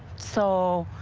so